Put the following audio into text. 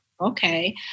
okay